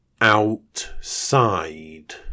outside